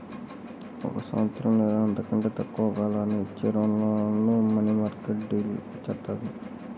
ఒక సంవత్సరం లేదా అంతకంటే తక్కువ కాలానికి ఇచ్చే రుణాలను మనీమార్కెట్ డీల్ చేత్తది